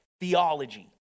theology